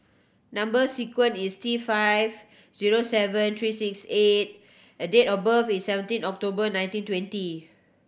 number sequence is T five zero seven three six eight A and date of birth is seventeen October nineteen twenty